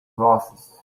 glasses